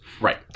Right